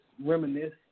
reminisce